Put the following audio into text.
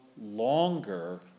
longer